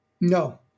No